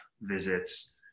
visits